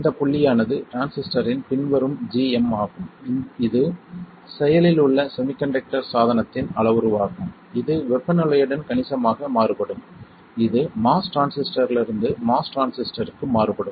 அந்த புள்ளியானது டிரான்சிஸ்டரின் பின்வரும் gm ஆகும் இது செயலில் உள்ள செமிக்கண்டக்டர் சாதனத்தின் அளவுருவாகும் இது வெப்பநிலையுடன் கணிசமாக மாறுபடும் இது MOS டிரான்சிஸ்டரிலிருந்து MOS டிரான்சிஸ்டருக்கு மாறுபடும்